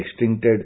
extincted